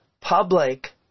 public